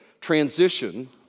transition